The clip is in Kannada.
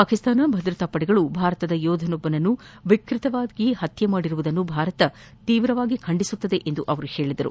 ಪಾಕ್ ಭದ್ರತಾ ಪಡೆಗಳು ಭಾರತದ ಯೋಧನೊಬ್ಲನನ್ನು ವಿಕ್ಸತವಾಗಿ ಹತ್ತೆ ಮಾಡಿರುವುದನ್ನು ಭಾರತ ತೀವ್ರವಾಗಿ ಖಂಡಿಸುತ್ತದೆ ಎಂದು ಅವರು ಹೇಳಿದರು